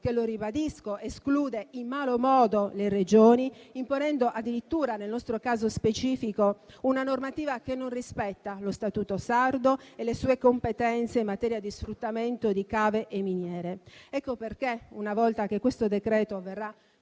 che - lo ribadisco - esclude in malo modo le Regioni, imponendo addirittura, nel nostro caso specifico, una normativa che non rispetta lo Statuto sardo e le sue competenze in materia di sfruttamento di cave e miniere. Ecco perché, una volta che questo decreto-legge